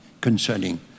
concerning